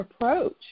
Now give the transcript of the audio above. approach